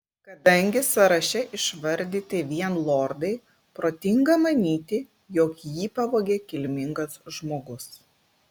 kadangi sąraše išvardyti vien lordai protinga manyti jog jį pavogė kilmingas žmogus